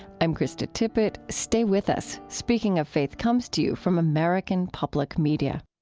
i'm krista tippett. stay with us. speaking of faith comes to you from american public media